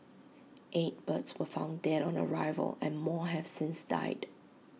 eight birds were found dead on arrival and more have since died